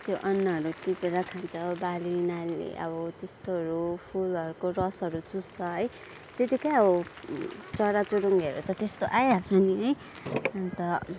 त्यो अन्नहरू टिपेर खान्छ बालीनाली अब त्यस्तोहरू फुलहरूको रसहरू चुस्छ है त्यति कहाँ हो चरा चुरुङ्गीहरू त्यस्तो आइहाल्छ नि अन्त